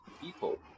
people